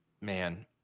Man